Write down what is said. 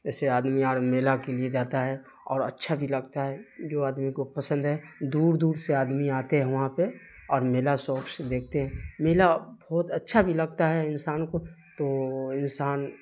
ویسے آدمی اور میلا کے لیے جاتا ہے اور اچھا بھی لگتا ہے جو آدمی کو پسند ہے دور دور سے آدمی آتے ہیں وہاں پہ اور میلا شوق سے دیکھتے ہیں میلہ بہت اچھا بھی لگتا ہے انسان کو تو انسان